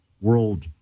world